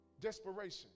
Desperation